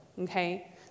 okay